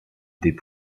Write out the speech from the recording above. des